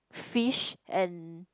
fish and